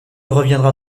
reviendra